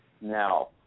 now